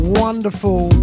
wonderful